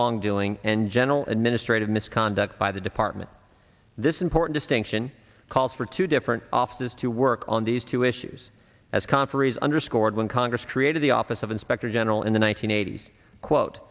wrongdoing and general administrative misconduct by the department this important distinction calls for two different offices to work on these two issues as conferees underscored when congress created the office of inspector general in the one nine hundred eighty quote